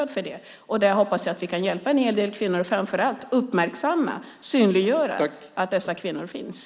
Där hoppas jag att vi kan hjälpa en hel del kvinnor, framför allt uppmärksamma och synliggöra att dessa kvinnor finns.